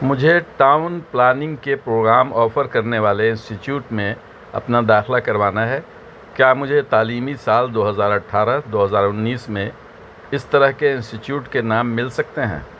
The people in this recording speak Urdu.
مجھے ٹاؤن پلاننگ کے پروگرام آفر کرنے والے انسیچیویٹ میں اپنا داخلہ کروانا ہے کیا مجھے تعلیمی سال دو ہزار اٹھارہ دو ہزار انیس میں اس طرح کے انسیچیوٹ کے نام مل سکتے ہیں